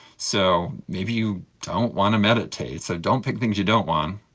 so maybe you don't want to meditate, so don't pick things you don't want.